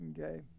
Okay